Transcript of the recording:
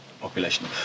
population